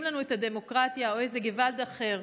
לנו את הדמוקרטיה או איזה געוואלד אחר,